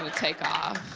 and take off.